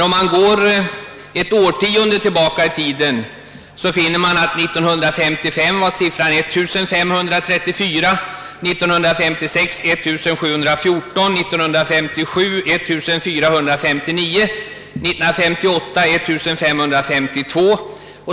Om man går ett årtionde tillbaka i tiden, finner man emellertid att siffran år 1955 var 1534, år 1956 1 714, år 1957 1459 och år 1958 1552.